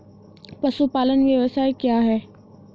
पशुपालन व्यवसाय क्या है?